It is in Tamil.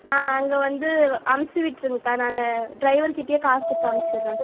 ஆ அங்கே வந்து அமுச்சு விட்டிருங்கக்கா நான் டிரைவர்க்கிட்டேயே காசு கொடுத்து அமுச்சுறேன்